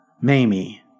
Mamie